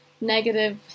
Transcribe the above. negative